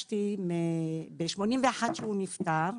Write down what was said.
וב-81' כשהוא נפטר,